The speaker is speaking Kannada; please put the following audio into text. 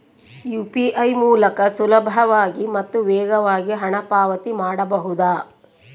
ಯು.ಪಿ.ಐ ಮೂಲಕ ಸುಲಭವಾಗಿ ಮತ್ತು ವೇಗವಾಗಿ ಹಣ ಪಾವತಿ ಮಾಡಬಹುದಾ?